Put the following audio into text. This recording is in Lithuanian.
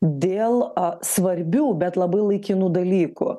dėl svarbių bet labai laikinų dalykų